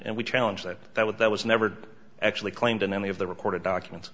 and we challenge that that what that was never actually claimed in any of the recorded documents